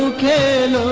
can